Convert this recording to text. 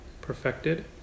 perfected